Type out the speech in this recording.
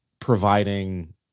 providing